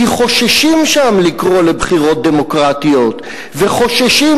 כי חוששים שם לקרוא לבחירות דמוקרטיות וחוששים